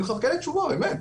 אני מחכה לתשובה, באמת.